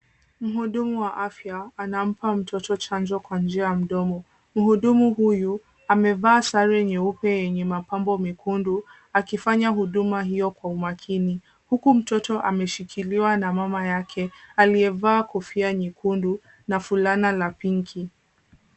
Mhudumu wa afya anampa mtoto chanjo kwa njia ya mdomo. Mhudumu huyu amevaa sare nyeupe yenye mapambo mekundu akifanya huduma hiyo kwa umakini. Huku mtoto ameshikiliwa na mama yake aliyevaa kofia nyekundu na fulana la pinki.